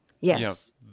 Yes